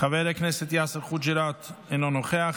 חבר הכנסת יאסר חוג'יראת, אינו נוכח.